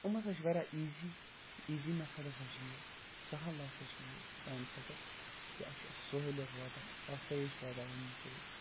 یِم ہَسا چھِ واریاہ ایٖزی ایٖزی میتھٲڈ ہَسا چھِ یہِ سہَل ہَسا چھِ یہِ سانہِ خٲطر کہِ اَسہِ چھُ سہوٗلیت واتان آسٲیِش واتان اَمہِ سۭتۍ